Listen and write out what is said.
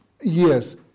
years